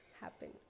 happen